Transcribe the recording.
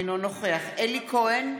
אינו נוכח אלי כהן,